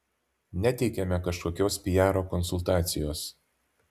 neteikiame kažkokios piaro konsultacijos